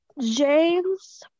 James